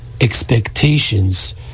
expectations